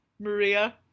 Maria